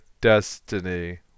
destiny